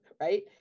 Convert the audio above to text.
right